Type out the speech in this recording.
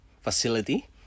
facility